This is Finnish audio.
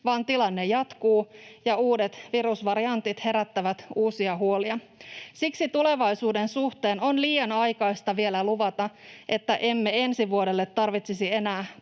vaan tilanne jatkuu ja uudet virusvariantit herättävät uusia huolia. Siksi tulevaisuuden suhteen on liian aikaista vielä luvata, että emme ensi vuodelle tarvitsisi enää